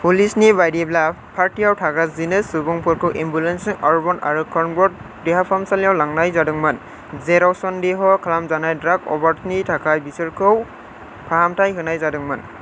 पुलिसनि बायदिब्ला पार्टीआव थांग्रा जिनै सुबुंफोरखौ एम्बुलेन्जों ऑबर्न आरो कनकर्ड देहाफाहामसालियाव लांनाय जादोंमोन जेराव सन्देह' खालामजानाय ड्राग अभारडसनि थाखाय बिसोरखौ फाहामथाय होनाय जादोंमोन